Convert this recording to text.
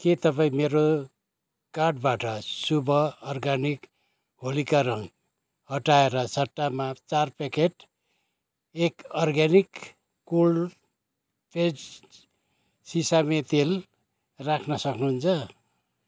के तपाईँ मेरो कार्टबाट शुभ अर्गानिक होलीका रङ हटाएर सट्टामा चार प्याकेट एक अर्गानिक कोल्ड प्रेस्ड सिसामे तेल राख्न सक्नुहुन्छ